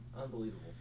Unbelievable